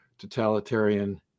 totalitarian